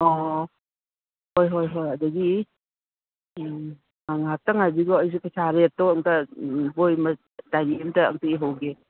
ꯑꯣ ꯍꯣꯏ ꯍꯣꯏ ꯍꯣꯏ ꯑꯗꯒꯤ ꯉꯥꯇꯪ ꯉꯥꯏꯕꯤꯒꯣ ꯑꯩꯖꯨ ꯄꯩꯁꯥ ꯔꯦꯠꯇꯣ ꯑꯝꯇ ꯕꯣꯏ ꯗꯥꯏꯔꯤ ꯑꯝꯇ ꯑꯝꯇ ꯏꯍꯧꯒꯦ